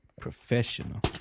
Professional